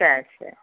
சரி சார்